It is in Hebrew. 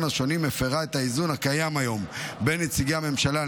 השונים מפירה את האיזון הקיים היום בין נציגי הממשלה,